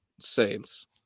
Saints